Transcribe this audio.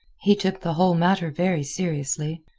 he took the whole matter very seriously.